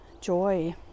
joy